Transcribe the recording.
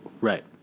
Right